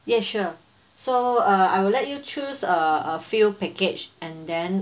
yes sure so uh I will let you choose a a few package and then